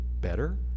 better